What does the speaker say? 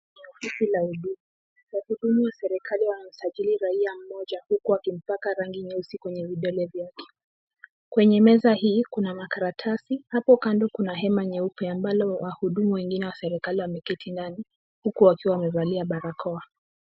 Wahudumu wa serikali wanamsajili raia mmoja huku akimpaka rangi kwenye vidole vyake. Kwenye meza hii kuna makaratasi. Hapo kando kuna hema nyeupe ambalo wahudumu wa serikali wamekalia ndani huku wakiwa wamevalia barakoa.